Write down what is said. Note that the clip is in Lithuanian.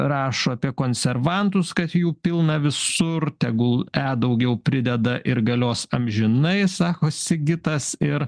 rašo apie konservantus kad jų pilna visur tegul e daugiau prideda ir galios amžinai sako sigitas ir